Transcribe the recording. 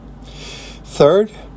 Third